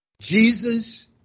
Jesus